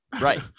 right